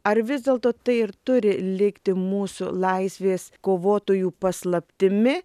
ar vis dėlto tai ir turi likti mūsų laisvės kovotojų paslaptimi